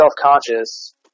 self-conscious